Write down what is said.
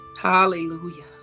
Hallelujah